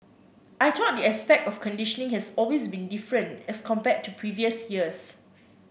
I thought the aspect of conditioning has always been different as compared to previous years